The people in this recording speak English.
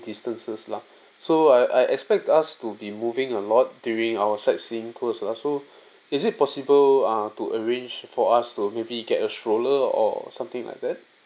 distances lah so I I expect us to be moving a lot during our sightseeing cruise lah so is it possible uh to arrange for us to maybe get a stroller or something like that